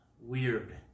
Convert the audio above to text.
Weird